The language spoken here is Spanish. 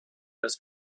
los